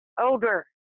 older